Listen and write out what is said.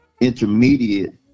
intermediate